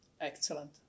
Excellent